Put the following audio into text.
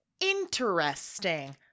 Interesting